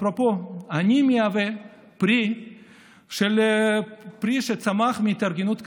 אפרופו, אני מהווה פרי שצמח מהתארגנות כזאת: